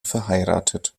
verheiratet